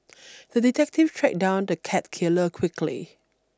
the detective tracked down the cat killer quickly